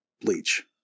Bleach